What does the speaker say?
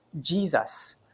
Jesus